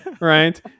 right